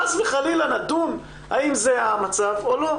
שחס וחלילה נדון האם זה המצב או לא.